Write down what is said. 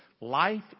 Life